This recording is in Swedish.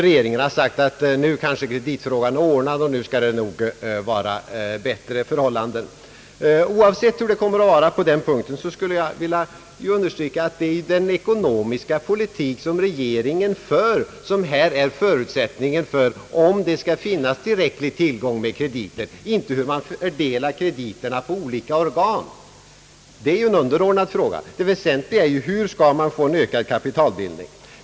Regeringen har sagt, att nu är kanske kreditfrågan ordnad, nu skall det nog bli bättre förhållanden. Oavsett hur utvecklingen där kommer att te sig, skulle jag vilja understryka, att regeringens ekonomiska politik är förutsättningen för att det finns tillräcklig tillgång på krediter, inte hur man fördelar krediterna på olika organ. Det är ju en underordnad fråga. Det väsentliga är hur vi skall åstadkomma en ökad kapitalbildning.